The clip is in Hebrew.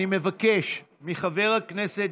אני מבקש מחבר הכנסת